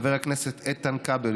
חבר הכנסת איתן כבל,